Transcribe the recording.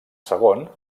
segon